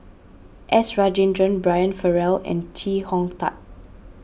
S Rajendran Brian Farrell and Chee Hong Tat